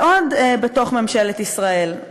עוד בתוך ממשלת ישראל,